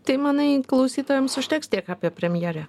tai manai klausytojams užteks tiek apie premjerę